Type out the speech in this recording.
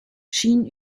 schien